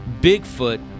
Bigfoot